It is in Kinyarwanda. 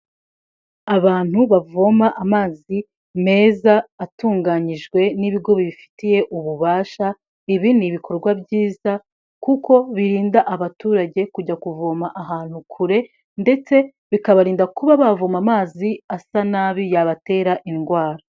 Abantu bavoma amazi meza atunganyijwe n'ibigo bibifitiye ububasha, ibi ni ibikorwa byiza, kuko birinda abaturage kujya kuvoma ahantu kure, ndetse bikabarinda kuba bavoma amazi asa nabi yabatera indwara.